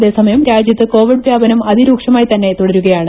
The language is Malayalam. അതേസമയം രാജ്യത്ത് കോവിഡ് വ്യാപനം അതിരൂക്ഷമായി തന്നെ തുടരുകയാണ്